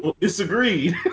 Disagreed